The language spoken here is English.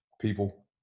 People